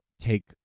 take